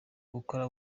gukora